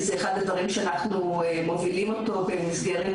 זה אחד הדברים שאנחנו מובילים אותו במסגרת